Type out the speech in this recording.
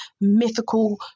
mythical